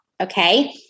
Okay